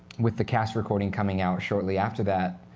with the cast recording coming out shortly after that,